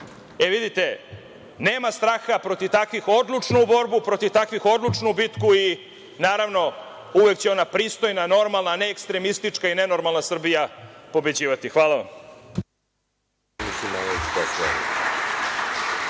nema straha, protiv takvih odlučno u borbu, protiv takvih odlučno u bitku. Naravno, uvek će ona normalna, pristojna, neekstremistička i nenormalna Srbija pobeđivati. Hvala vam.